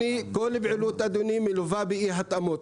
כל פעילות אדוני מלווה באי התאמות,